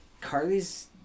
Carly's